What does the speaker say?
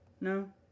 No